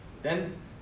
then